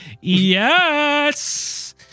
Yes